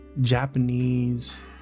japanese